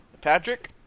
Patrick